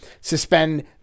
Suspend